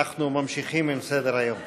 אנחנו ממשיכים בסדר-היום.